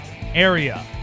area